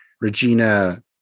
Regina